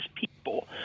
people